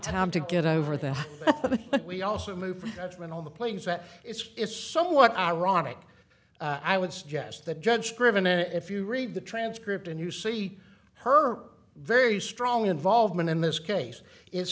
time to get over that we also move that's when all the planes that it's it's somewhat ironic i would suggest that judge craven and if you read the transcript and you see her very strong involvement in this case i